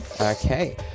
Okay